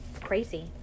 crazy